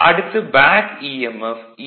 அடுத்து பேக் ஈ